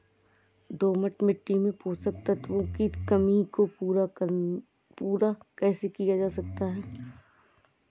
दोमट मिट्टी में पोषक तत्वों की कमी को पूरा कैसे किया जा सकता है?